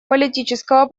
политического